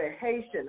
Haitian